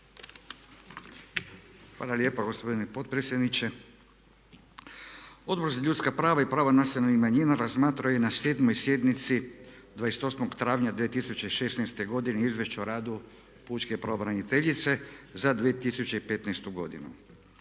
hvala lijepa gospodine potpredsjedniče. Odbor za ljudska prava i prava nacionalnih manjina razmatrao je na 7.sjednici 28.travnja 2016.godine Izvješće o radu Pučke pravobraniteljice za 2015. godinu.